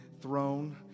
throne